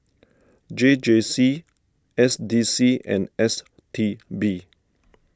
J J C S D C and S T B